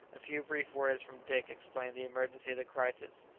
a few brief words from dick explained the emergency of the crisis.